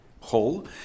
whole